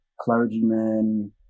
clergymen